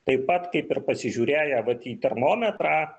taip pat kaip ir pasižiūrėję vat į termometrą